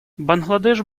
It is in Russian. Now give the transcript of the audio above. бангладеш